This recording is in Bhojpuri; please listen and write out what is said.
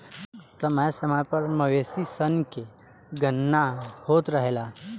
समय समय पर मवेशी सन के गणना होत रहेला